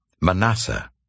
Manasseh